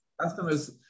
Customers